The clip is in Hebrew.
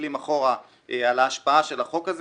ומסתכלים אחורה על ההשפעה של החוק הזה